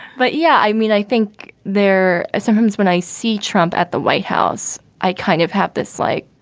but yeah, i mean, i think there sometimes when i see trump at the white house, i kind of have this like,